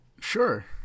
Sure